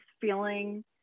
feeling